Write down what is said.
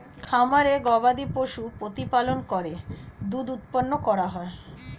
খামারে গবাদিপশু প্রতিপালন করে দুধ উৎপন্ন করা হয়